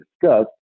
discussed